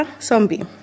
Zombie